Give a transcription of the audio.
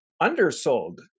undersold